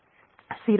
1 ఇవ్వబడుతుంది